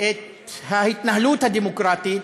את ההתנהלות הדמוקרטית,